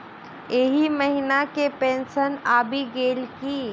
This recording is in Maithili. एहि महीना केँ पेंशन आबि गेल की